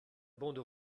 bande